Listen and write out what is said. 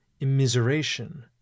immiseration